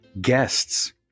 guests